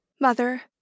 Mother